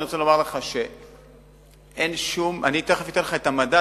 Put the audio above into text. אני אתן לך תיכף את המדד,